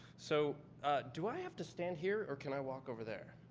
so do i have to stand here or can i walk over there?